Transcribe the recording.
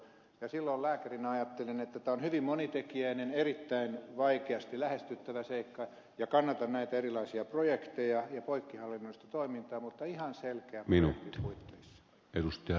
ja silloin lääkärinä ajattelin että tämä on hyvin monitekijäinen erittäin vaikeasti lähestyttävä seikka ja kannatan näitä erilaisia projekteja ja poikkihallinnollista toimintaa mutta ihan selkeän projektin puitteissa